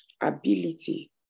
ability